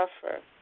suffer